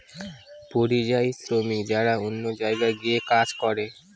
পরিযায়ী শ্রমিক যারা অন্য জায়গায় গিয়ে কাজ করে